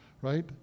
right